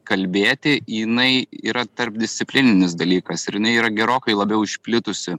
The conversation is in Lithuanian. kalbėti jinai yra tarpdisciplininis dalykas ir jinai yra gerokai labiau išplitusi